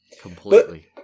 completely